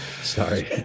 Sorry